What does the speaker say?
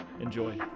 Enjoy